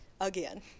again